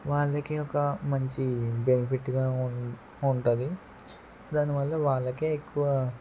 వాళ్లకే ఒక మంచి బెనిఫిట్గా ఉంటుంది దానివల్ల వాళ్లకే ఎక్కువ